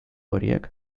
horiek